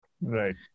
Right